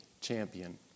champion